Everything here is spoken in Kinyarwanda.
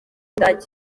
budage